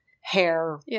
hair